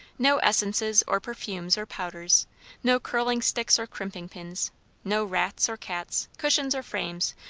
no essences or perfumes or powders no curling sticks or crimping pins no rats or cats, cushions or frames,